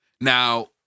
Now